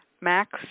Max